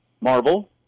Marvel